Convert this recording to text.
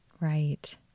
Right